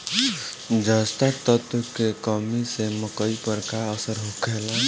जस्ता तत्व के कमी से मकई पर का असर होखेला?